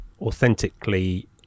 authentically